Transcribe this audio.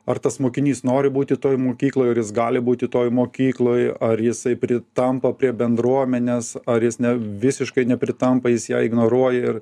ar tas mokinys nori būti toj mokykloj ar jis gali būti toj mokykloj ar jisai pritampa prie bendruomenės ar jis ne visiškai nepritampa jis ją ignoruoja ir